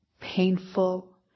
painful